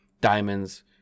diamonds